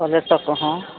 ᱚ ᱞᱮᱴᱳ ᱠᱚᱦᱚᱸ